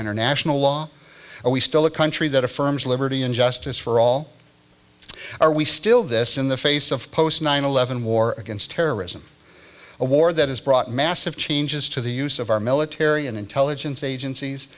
international law and we still a country that affirms liberty and justice for all are we still this in the face of post nine eleven war against terrorism a war that has brought massive changes to the use of our military and intelligence agencies